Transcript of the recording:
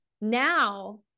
Now